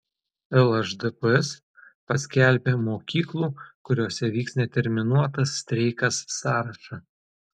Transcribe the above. lšdps paskelbė mokyklų kuriose vyks neterminuotas streikas sąrašą